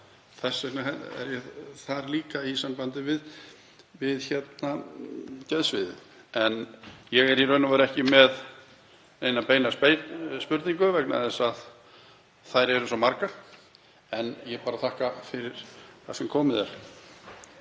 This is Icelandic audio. Þess vegna ætti það líka að virka í sambandi við geðsviðið. Ég er í raun og veru ekki með neina beina spurningu vegna þess að þær eru svo margar, en ég þakka fyrir það sem komið er.